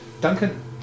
Duncan